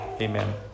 Amen